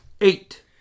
Eight